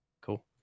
Cool